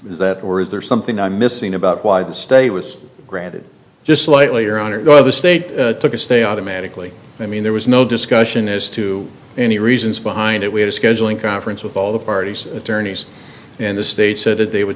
that or is there something i'm missing about why the state was granted just slightly or honored by the state took a stay automatically i mean there was no discussion as to any reasons behind it we had a scheduling conference with all the parties attorneys and the state said they would